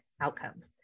outcomes